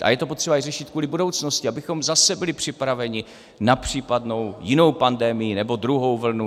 A je potřeba to řešit i kvůli budoucnosti, abychom zase byli připraveni na případnou jinou pandemii nebo na druhou vlnu.